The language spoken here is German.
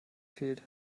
fehlt